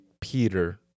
peter